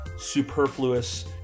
superfluous